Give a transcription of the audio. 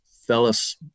fellas